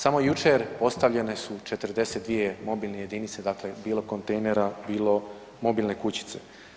Samo jučer postavljene su 42 mobilne jedinice, dakle bilo kontejnera, bilo mobilne kućice.